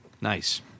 Nice